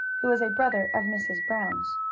who was a brother of mrs. brown's.